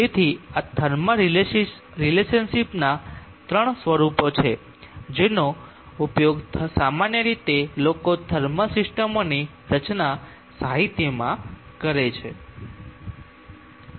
તેથી આ થર્મલ રિલેશનશિપના ત્રણ સ્વરૂપો છે જેનો ઉપયોગ સામાન્ય રીતે લોકો થર્મલ સિસ્ટમોની રચના સાહિત્યમાં કરે છે